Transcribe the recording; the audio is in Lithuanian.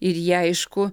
ir jie aišku